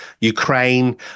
Ukraine